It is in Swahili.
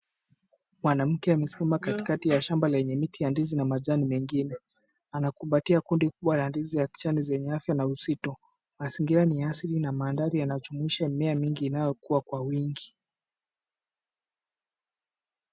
Mwanamke amesimama katikati ya shamba lenye miti mkubwa wa ndizi na majani mingine. Anakumbatia kundi kubwa la ndizi za kijani lenye afya na uzito. Mazingira ni ya asili na mandhari yanajumuisha mimea mingi yenye asili na kuwa kwa wingi.